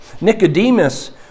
Nicodemus